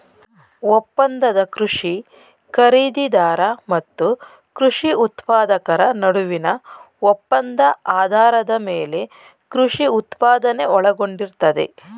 ಒಪ್ಪಂದದ ಕೃಷಿ ಖರೀದಿದಾರ ಮತ್ತು ಕೃಷಿ ಉತ್ಪಾದಕರ ನಡುವಿನ ಒಪ್ಪಂದ ಆಧಾರದ ಮೇಲೆ ಕೃಷಿ ಉತ್ಪಾದನೆ ಒಳಗೊಂಡಿರ್ತದೆ